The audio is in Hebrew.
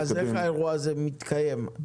איך האירוע הזה מתקיים?